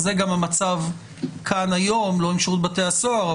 וזה גם המצב כאן היום לא עם שירות בתי הסוהר,